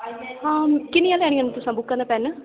अ किन्नियां लैनियां तुसें बुकां ते पेन